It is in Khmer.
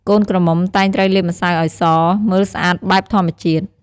កូនក្រមុំតែងត្រូវលាបម្សៅឲ្យស មើលស្អាតបែបធម្មជាតិ។